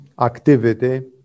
activity